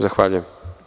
Zahvaljujem.